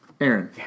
Aaron